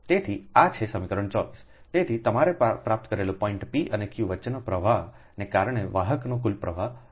તેથી આ છે સમીકરણ 24 તેથી તમારે પ્રાપ્ત કરેલા પોઇન્ટ p અને q વચ્ચેના પ્રવાહને કારણે વાહકનો કુલ પ્રવાહ જોડાણ